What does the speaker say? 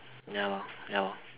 ya lor ya lor